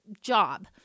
job